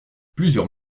plusieurs